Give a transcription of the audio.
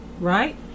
right